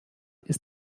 ist